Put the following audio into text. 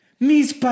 Mis